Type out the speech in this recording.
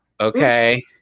Okay